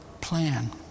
plan